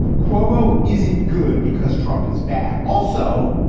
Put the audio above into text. cuomo is it good because trump is bad? also,